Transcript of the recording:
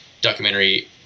documentary